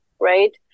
right